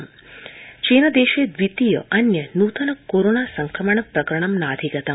China covid चीन देशे द्वितीयान्य नूतन कोरोना संक्रमण प्रकरणं नाधिगतम्